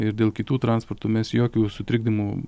ir dėl kitų transportų mes jokių sutrikdymų